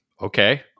Okay